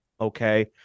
Okay